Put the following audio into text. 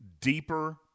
deeper